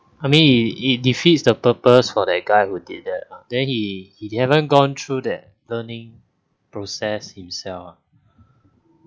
I mean it it defeats the purpose for that guy who did that ah then he he they haven't gone through that learning process himself ah